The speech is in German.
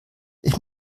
ich